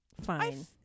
fine